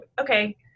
okay